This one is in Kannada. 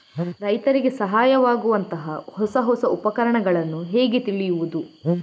ರೈತರಿಗೆ ಸಹಾಯವಾಗುವಂತಹ ಹೊಸ ಹೊಸ ಉಪಕರಣಗಳನ್ನು ಹೇಗೆ ತಿಳಿಯುವುದು?